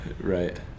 Right